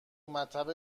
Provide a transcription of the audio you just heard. مطب